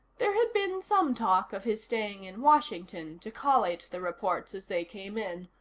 there had been some talk of his staying in washington to collate the reports as they came in,